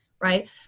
right